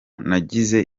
nagize